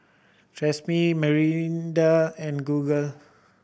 Tresemme Mirinda and Google